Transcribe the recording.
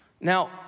Now